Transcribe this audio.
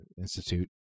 Institute